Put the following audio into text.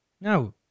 Now